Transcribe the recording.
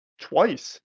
Twice